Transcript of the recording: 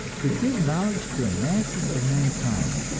to give knowledge to the masses of mankind,